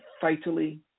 fatally